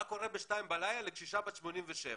מה קורה בשתיים בלילה לקשישה בת 87?